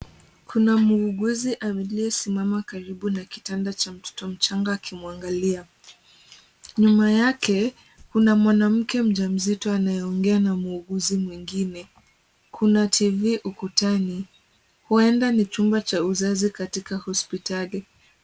Kuna muuguzi aliyesimama karibu na kitanda cha mtoto mchanga akimwangalia. Nyuma yake, kuna mwanamke mjamzito anayeongea na muuguzi mwingine. Kuna tv ukutani, huenda ni chumba cha uzazi katika hospitali.